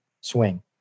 swing